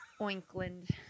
Oinkland